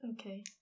Okay